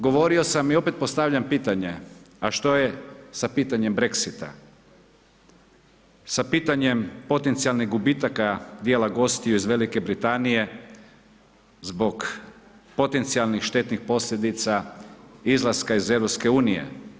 Govorio sam i opet postavljam pitanje, a što je sa pitanjem Brexita, sa pitanjem potencijalnih gubitaka dijela gostiju iz Velike Britanije zbog potencijalnih štetnih posljedica izlaska iz EU.